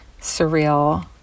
surreal